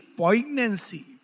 poignancy